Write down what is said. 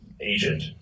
agent